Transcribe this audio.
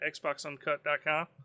xboxuncut.com